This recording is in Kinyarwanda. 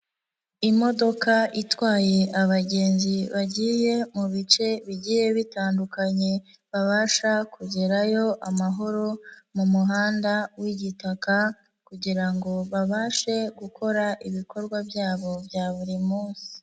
Imodoka itwaye abagenzi bagiye mu bice bigiye bitandukanye, babasha kugerayo amahoro, mu muhanda w'igitaka kugira ngo babashe gukora ibikorwa byabo bya buri munsi.